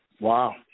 Wow